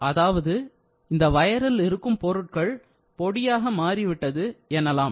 அதாவது ஒரு வயரில் இருக்கும் பொருட்கள் பொடியாக மாறிவிட்டது எனலாம்